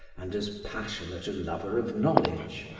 and as passionate a lover of knowledge.